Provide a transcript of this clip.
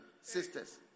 Sisters